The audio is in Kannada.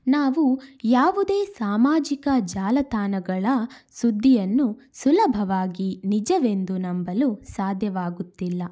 ನಾವು ಯಾವುದೇ ಸಾಮಾಜಿಕ ಜಾಲತಾಣಗಳ ಸುದ್ದಿಯನ್ನು ಸುಲಭವಾಗಿ ನಿಜವೆಂದು ನಂಬಲು ಸಾಧ್ಯವಾಗುತ್ತಿಲ್ಲ